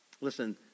listen